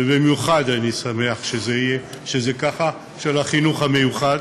ובמיוחד אני שמח שזה ככה, של החינוך המיוחד.